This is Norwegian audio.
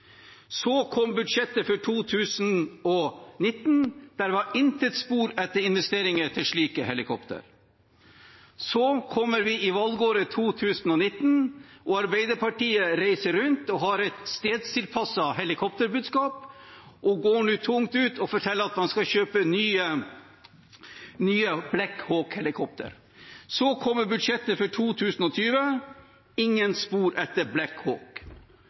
Så kom budsjettet for 2019, og der var det intet spor etter investeringer til slike helikoptre. Så kommer vi til valgåret 2019, og Arbeiderpartiet reiser rundt med et stedstilpasset helikopterbudskap og går tungt ut og forteller at man skal kjøpe nye Black Hawk-helikoptre. Så kom budsjettet for 2020 – ingen spor etter